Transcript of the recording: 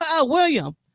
William